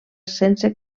sense